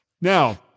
Now